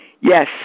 yes